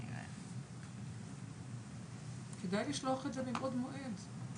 אני כן אומר שהגשתי כבר הצעת חוק למעבר ללולי מעוף עד 2027,